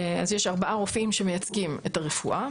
יש ארבעה רופאים שמייצגים את הרפואה,